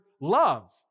love